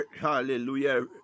hallelujah